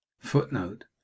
Footnote